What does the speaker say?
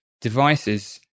devices